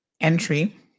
entry